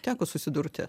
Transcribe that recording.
teko susidurti